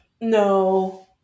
no